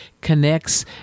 connects